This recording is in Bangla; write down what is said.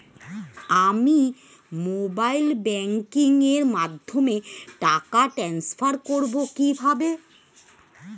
আমি মোবাইল ব্যাংকিং এর মাধ্যমে টাকা টান্সফার করব কিভাবে?